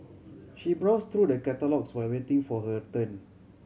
she browse through the catalogues while waiting for her turn